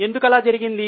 ఎందుకిలా జరిగింది